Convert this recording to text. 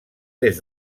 des